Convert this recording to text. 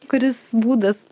kuris būdas